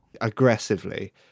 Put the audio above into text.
aggressively